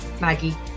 Maggie